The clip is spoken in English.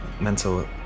mental